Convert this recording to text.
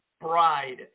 bride